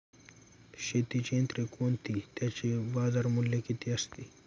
शेतीची यंत्रे कोणती? त्याचे बाजारमूल्य किती असते?